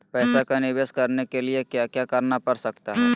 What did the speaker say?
पैसा का निवेस करने के लिए क्या क्या करना पड़ सकता है?